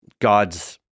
God's